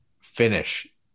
finish